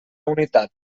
unitat